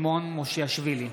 מושיאשוילי,